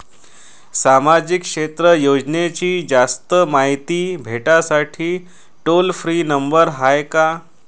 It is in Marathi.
सामाजिक क्षेत्र योजनेची जास्त मायती भेटासाठी टोल फ्री नंबर हाय का?